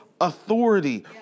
authority